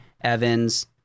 Evans